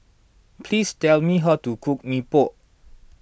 please tell me how to cook Mee Pok